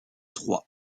troy